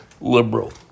liberal